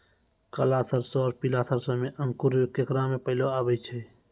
काला सरसो और पीला सरसो मे अंकुर केकरा मे पहले आबै छै?